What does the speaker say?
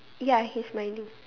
ya he smiling